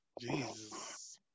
Jesus